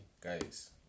guys